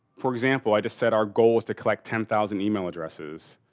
for example, i just said our goal is to collect ten thousand email addresses.